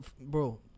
Bro